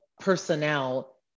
personnel